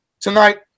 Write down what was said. Tonight